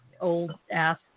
old-ass